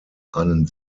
einen